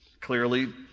clearly